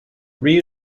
read